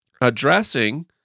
Addressing